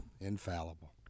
infallible